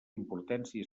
importància